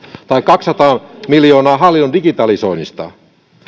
tai kaksisataa miljoonaa hallinnon digitalisoinnista